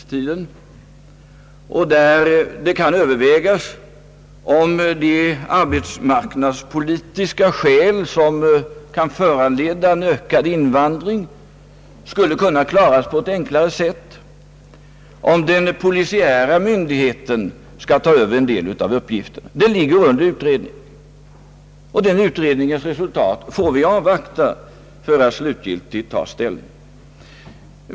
Det kan övervägas om de arbetsmarknadspolitiska skäl som kan föranleda en ökad invandring skulle kunna tillgodoses på ett enklare sätt om den polisiära myndigheten skulle ta över uppgiften. Detta är föremål för utredning, och vi får avvakta resultatet av denna utredning för att slutgiltigt kunna ta ställning.